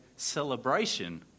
celebration